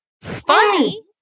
Funny